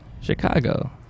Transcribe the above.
Chicago